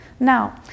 Now